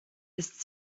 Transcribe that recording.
ist